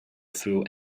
through